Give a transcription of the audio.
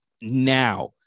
now